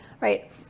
right